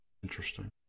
Interesting